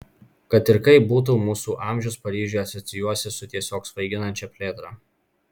kad ir kaip būtų mūsų amžius paryžiui asocijuosis su tiesiog svaiginančia plėtra